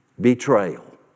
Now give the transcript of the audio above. Betrayal